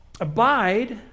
Abide